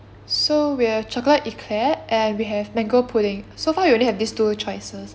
so we have chocolate eclair and we have mango pudding so far we only have these two choices